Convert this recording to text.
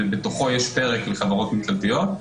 ובתוכו יש פרק לחברות ממשלתיות.